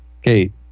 okay